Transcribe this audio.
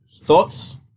Thoughts